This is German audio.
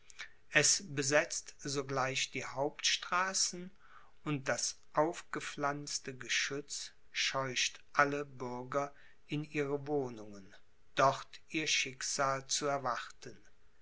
es besetzt sogleich die hauptstraßen und das aufgepflanzte geschütz scheucht alle bürger in ihre wohnungen dort ihr schicksal zu erwarten